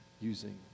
using